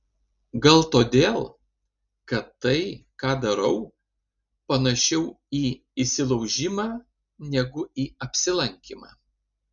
gal todėl kad tai ką darau panašiau į įsilaužimą negu į apsilankymą